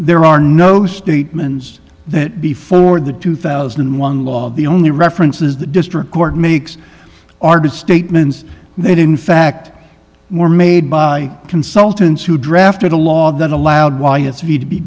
there are no statements that before the two thousand and one law the only references the district court makes are good statements they didn't fact were made by consultants who drafted a law that allowed